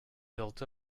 built